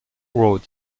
road